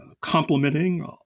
Complementing